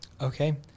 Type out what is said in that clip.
Okay